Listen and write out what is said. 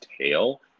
tail